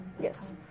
Yes